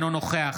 אינו נוכח